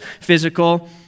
physical